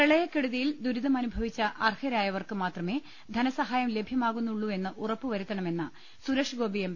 പ്രളയക്കെടുതിയിൽ ദുരിതം അനുഭവിച്ച അർഹരായവർക്ക് മാത്രമേ ധനസഹായം ലഭ്യമാകുന്നുള്ളുവെന്ന് ഉറപ്പ് വരുത്തണമെന്ന് സുരേഷ്ഗോപി എം